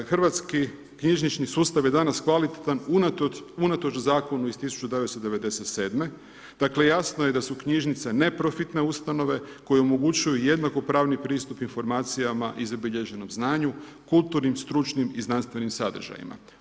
Hrvatski knjižnični sustav je danas kvalitetan unatoč zakonu iz 1997., dakle jasno je da su knjižnice neprofitne ustanove koje omogućuju jednako pravni pristup informacijama i zabilježenom znanju, kulturnim, stručnim i znanstvenim sadržajima.